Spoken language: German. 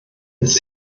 ist